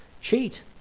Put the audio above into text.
Cheat